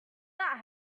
that